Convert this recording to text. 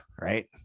right